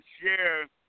share